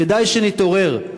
כדאי שנתעורר.